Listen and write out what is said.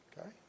Okay